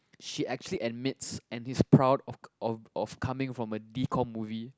she actually admits and he's proud of of of coming from a decom movie